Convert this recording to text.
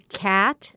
cat